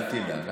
אל תדאג.